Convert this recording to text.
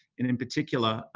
and in particular,